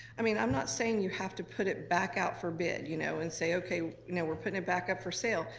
i mean, i'm not saying you have to put it back out for bid you know and say you know we're putting it back up for sale.